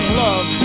love